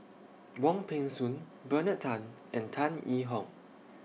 Wong Peng Soon Bernard Tan and Tan Yee Hong